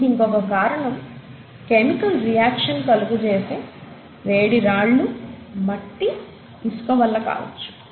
దీనికి ఇంకొక కారణం కెమికల్ రియాక్షన్ కలుగ చేసే వేడి రాళ్లు మట్టి ఇసుక వల్ల కావొచ్చు